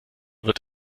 wird